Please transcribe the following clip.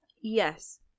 Yes